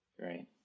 Right